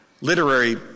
literary